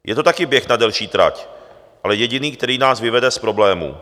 Je to taky běh na delší trať, ale jediný, který nás vyvede z problémů.